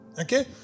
Okay